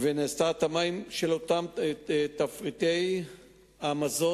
ונעשתה התאמה של תפריטי המזון,